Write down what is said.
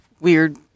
weird